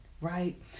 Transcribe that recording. right